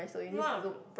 one of the